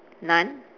none